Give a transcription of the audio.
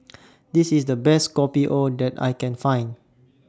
This IS The Best Kopi O that I Can Find